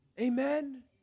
Amen